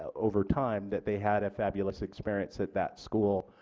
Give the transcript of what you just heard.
over time that they had a fabulous experience at that school.